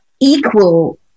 equal